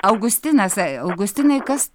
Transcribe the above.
augustinas e augustinai kas